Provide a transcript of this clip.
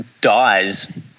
dies